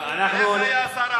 איך היה השר הערבי?